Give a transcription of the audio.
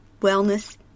wellness